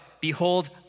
behold